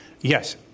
Yes